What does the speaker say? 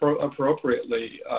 appropriately